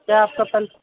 जो आपको कल